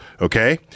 okay